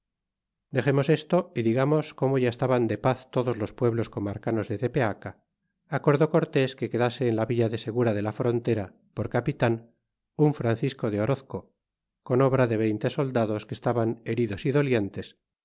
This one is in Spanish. dexemos esto y digamos como ya estaban de paz todos los pueblos comarcanos de tepeaca acordó cortés que quedase en la villa de segura de la frontera por capitan un francisco de orozco con obra de veinte soldados que estaban heridos y dolientes